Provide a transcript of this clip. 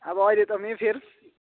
अह अहिले त मे फेयर